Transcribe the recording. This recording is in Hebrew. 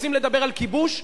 רוצים לדבר על כיבוש?